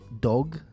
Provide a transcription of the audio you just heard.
dog